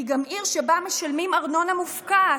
היא גם עיר שבה משלמים ארנונה מופקעת.